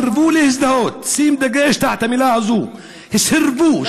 סירבו להזדהות, שים דגש במילה הזו, סירבו.